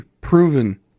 proven